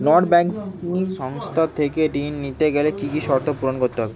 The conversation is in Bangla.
নন ব্যাঙ্কিং সংস্থা থেকে ঋণ নিতে গেলে কি কি শর্ত পূরণ করতে হয়?